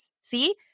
See